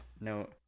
No